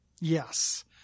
Yes